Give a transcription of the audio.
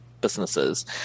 businesses